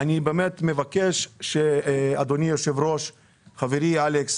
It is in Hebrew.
אני מבקש מחברי אלכס